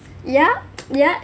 yeah yeah